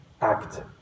act